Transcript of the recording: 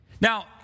Now